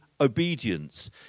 obedience